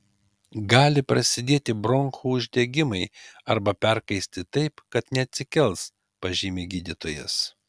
gali prasidėti bronchų uždegimai arba perkaisti taip kad neatsikels pažymi gydytojas